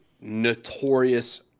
Notorious